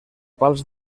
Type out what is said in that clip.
pals